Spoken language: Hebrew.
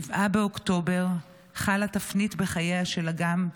ב-7 באוקטובר חלה תפנית בחייה של אגם,